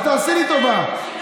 אז תעשי לי טובה,